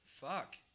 Fuck